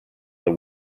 the